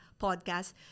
podcast